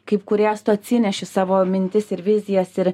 kaip kūrėjas tu atsineši savo mintis ir vizijas ir